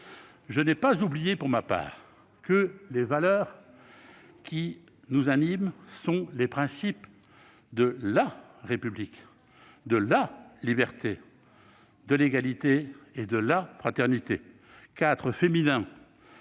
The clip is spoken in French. Je n'ai pas oublié, pour ma part, que les valeurs qui nous animent sont les principes de République, de liberté, de 'égalité et de fraternité, quatre termes